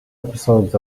episodes